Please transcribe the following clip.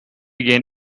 gain